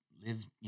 live